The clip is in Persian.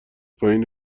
پایین